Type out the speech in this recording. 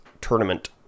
tournament